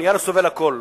הנייר סובל הכול.